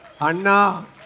Anna